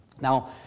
Now